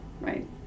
right